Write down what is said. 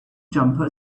jumper